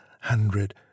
hundred